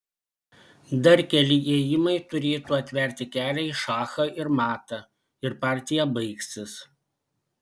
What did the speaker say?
dar keli ėjimai turėtų atverti kelią į šachą ir matą ir partija baigsis